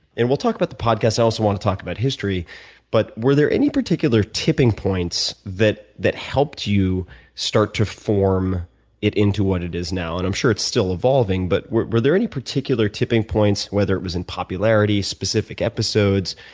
and we'll talk about the podcast and i also want to talk about history but were there any particular tipping points that that helped you start to form it into what it is now? and i'm sure it's still evolving but were were there any particular tipping points, whether it was in popularity, specific episodes,